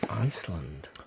Iceland